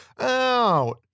out